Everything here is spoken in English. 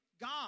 God